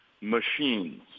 machines